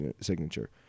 signature